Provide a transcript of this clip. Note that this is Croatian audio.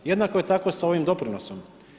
Jednako je tako sa ovim doprinosom.